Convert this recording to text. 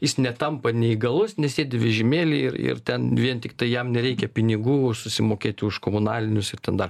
jis netampa neįgalus nesėdi vežimėly ir ir ten vien tiktai jam nereikia pinigų susimokėti už komunalinius ir ten dar